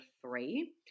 three